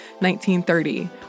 1930